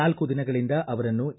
ನಾಲ್ಕು ದಿನಗಳಿಂದ ಅವರನ್ನು ಇ